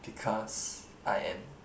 because I am